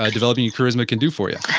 like developing your charisma can do for you